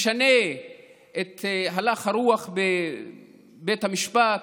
ישנה את הלך הרוח בבית המשפט?